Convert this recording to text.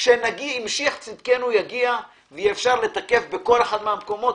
כשמשיח צדקנו יגיע ואפשר יהיה לתקף בכל אחד מן המקומות,